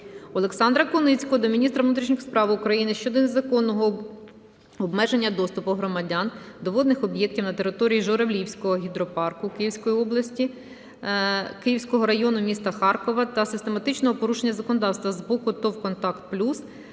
Олександра Куницького до міністра внутрішніх справ України щодо незаконного обмеження доступу громадян до водних об'єктів на території Журавлівського гідропарку Київського району міста Харкова та систематичного порушення законодавства з боку ТОВ "Контакт-Плюс"